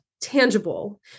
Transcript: tangible